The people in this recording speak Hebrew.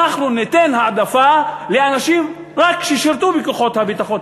אנחנו ניתן העדפה לאנשים ששירתו בכוחות הביטחון,